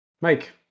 Mike